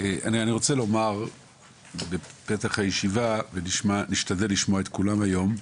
אני רוצה לומר בפתח הישיבה ולהשתדל לשמוע את כולם היום.